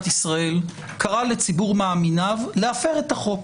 ישראל קרא לציבור מאמיניו להפר את החוק.